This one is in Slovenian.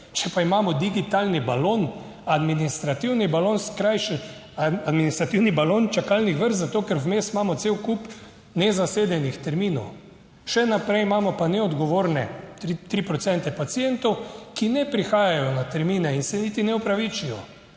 balon, skrajšali administrativni balon čakalnih vrst zato, ker vmes imamo cel kup nezasedenih terminov, še naprej imamo pa neodgovorne tri procente pacientov, ki ne prihajajo na termine in se niti ne opravičijo.